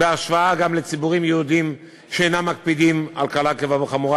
בהשוואה גם לציבורים יהודיים שאינם מקפידים על קלה כחמורה,